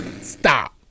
Stop